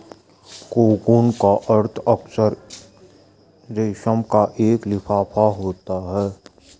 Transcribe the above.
cocoon का अर्थ अक्सर रेशम का एक लिफाफा होता है